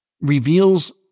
reveals